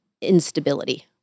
instability